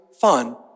fun